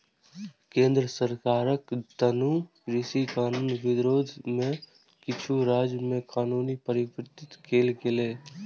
केंद्र सरकारक तीनू कृषि कानून विरोध मे किछु राज्य मे कानून पारित कैल गेलै